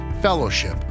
fellowship